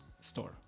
store